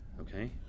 okay